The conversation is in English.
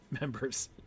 members